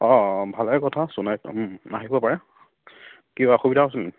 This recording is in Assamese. অঁ ভালে কথা সোণাৰীত আহিব পাৰে কিবা অসুবিধা আছেনি